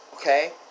Okay